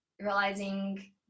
realizing